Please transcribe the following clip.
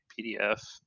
PDF